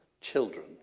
children